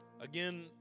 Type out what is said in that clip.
again